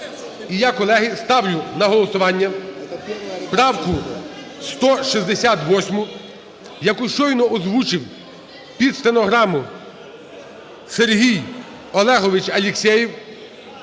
І я, колеги, ставлю на голосування правку 168, яку щойно озвучив під стенограму Сергій Олегович Алєксєєв.